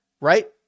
Right